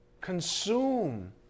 consume